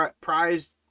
prized